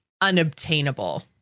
unobtainable